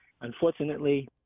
unfortunately